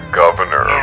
governor